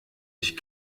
ich